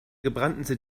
gebrannten